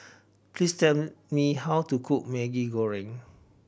please tell me how to cook Maggi Goreng